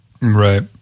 Right